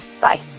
Bye